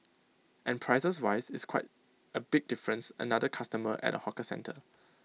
and prices wise it's quite A big difference another customer at A hawker centre